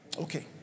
Okay